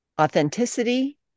authenticity